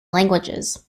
languages